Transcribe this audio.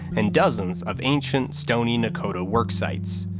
and dozens of ancient stoney nakoda worksites.